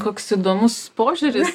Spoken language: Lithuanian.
koks įdomus požiūris